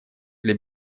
для